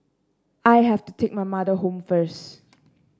I have to take my mother home first